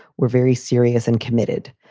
we're very serious and committed.